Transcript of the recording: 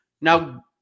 Now